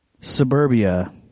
suburbia